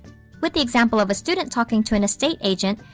with the example of a student talking to an estate agent,